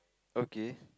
okay